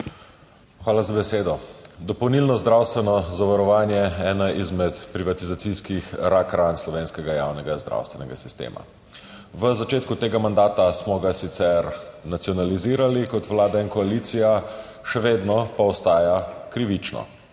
Hvala za besedo. Dopolnilno zdravstveno zavarovanje je ena izmed privatizacijskih rak ran slovenskega javnega zdravstvenega sistema. V začetku tega mandata smo ga sicer nacionalizirali kot Vlada in koalicija, še vedno pa ostaja krivično,